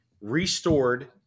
restored